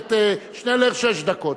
הכנסת שנלר שש דקות.